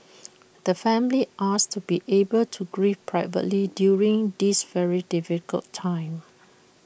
the family asks to be able to grieve privately during this very difficult time